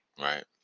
right